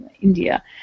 India